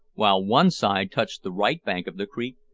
while one side touched the right bank of the creek,